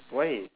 why